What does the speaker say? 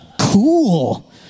Cool